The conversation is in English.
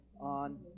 on